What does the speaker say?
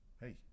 Hey